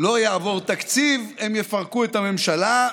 לא יעבור תקציב, הם יפרקו את הממשלה.